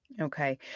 Okay